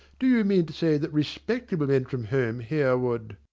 do you mean to say that respectable men from home here would?